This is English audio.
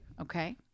Okay